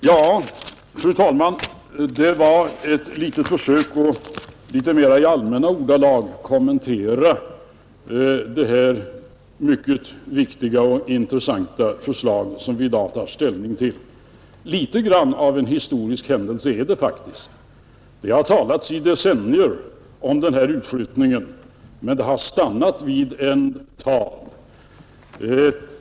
Ja, fru talman, det här var ett försök att i litet mer allmänna ordalag kommentera det mycket viktiga och intressanta förslag som vi i dag tar ställning till. Litet av en historisk händelse är det faktiskt. Det har i decennier talats om denna utflyttning, men det har stannat vid tal.